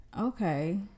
okay